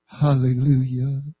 Hallelujah